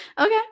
okay